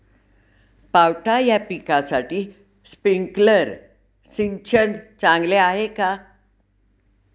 पावटा या पिकासाठी स्प्रिंकलर सिंचन चांगले आहे का?